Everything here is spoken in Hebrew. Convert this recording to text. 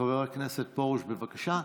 חבר הכנסת פרוש, בבקשה.